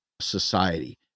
society